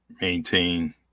maintain